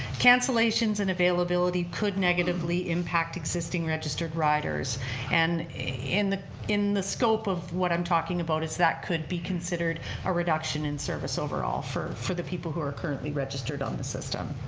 cancellations and availability could negatively impact existing registered riders and in the in the scope of what i'm talking about is that could be considered a reduction in service overall for for the people who are currently registered on the system.